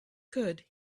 could